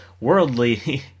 worldly